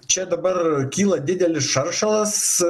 čia dabar kyla didelis šaršalas